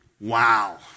Wow